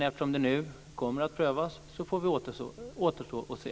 Eftersom det nu kommer att prövas återstår det att se.